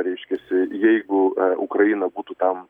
reiškiasi jeigu ukraina būtų tam